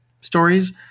stories